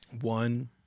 One